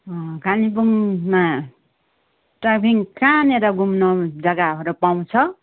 कालिम्पोङमा ट्रेकिङ कहाँनिर घुम्न जग्गाहरू पाउँछ